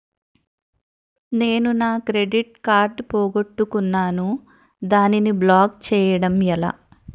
నేను నా credit card పోగొట్టుకున్నాను దానిని బ్లాక్ చేయడం ఎలా?